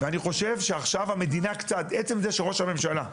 ואני חושב שעכשיו המדינה קצת, עצם זה שראש הממשלה,